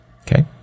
okay